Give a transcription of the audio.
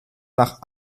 nach